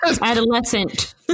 adolescent